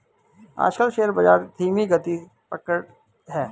आजकल शेयर बाजार धीमी गति पकड़े हैं